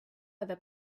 other